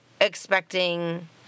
expecting